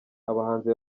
abahanzi